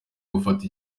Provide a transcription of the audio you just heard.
gufata